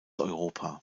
europa